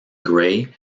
gray